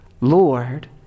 Lord